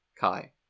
Kai